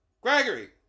Gregory